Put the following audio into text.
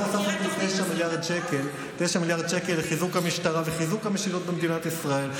אנחנו הוספנו 9 מיליארד שקל לחיזוק המשטרה וחיזוק המשילות במדינת ישראל.